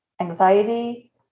anxiety